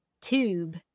tube